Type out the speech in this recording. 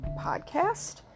podcast